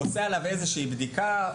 עושה עליו איזושהי בדיקה,